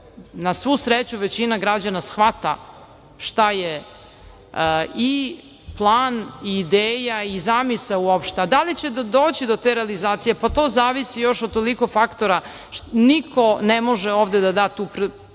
na svu sreću, većina građana shvata šta je i plan i ideja i zamisao uopšte, a da li će doći do te realizacije, pa to zavisi još od toliko faktora. Niko ne može ovde da da tu